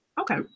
Okay